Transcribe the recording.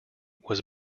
was